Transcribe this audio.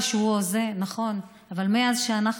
וגם לו אמרו שהוא משוגע ושהוא הוזה, נכון.